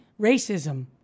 racism